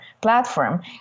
platform